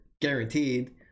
guaranteed